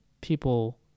people